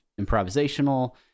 improvisational